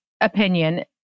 opinion